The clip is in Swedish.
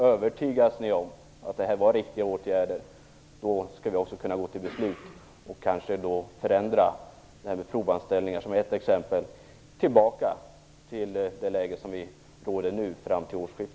Övertygas ni om att de åtgärder den borgerliga regeringen vidtog var riktiga skall vi också kunna fatta beslut om att förändra t.ex. provanställningarna tillbaka till det läge som råder fram till årsskiftet.